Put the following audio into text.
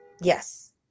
yes